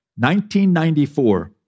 1994